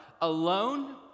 Alone